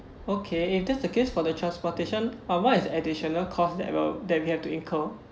okay if that's the case for the transportation uh what is additional cost that will that we have to incur